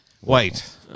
White